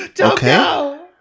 Okay